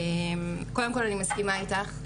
קודם כל, אני מסכימה איתך.